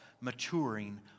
maturing